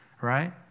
right